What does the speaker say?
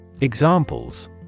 Examples